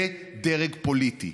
זה דרג פוליטי.